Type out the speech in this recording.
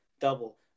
double